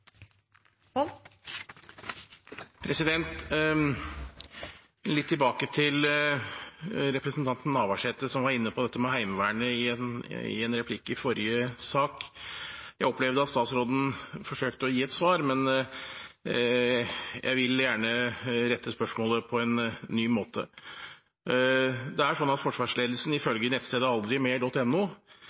som var inne på dette med Heimevernet i en replikk i forrige sak. Jeg opplevde at statsråden forsøkte å gi et svar, men jeg vil gjerne rette spørsmålet på en ny måte. Det er sånn at forsvarsledelsen ifølge nettstedet